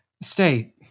Stay